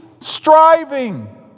striving